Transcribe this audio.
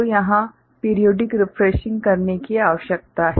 तो यहाँ periodic refreshing करने की आवश्यकता है